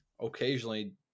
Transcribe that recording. occasionally